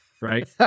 right